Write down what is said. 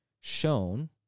shown